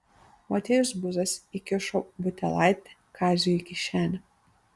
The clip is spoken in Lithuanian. motiejus buzas įkišo butelaitį kaziui į kišenę